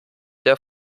der